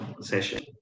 session